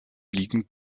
liegend